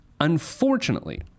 Unfortunately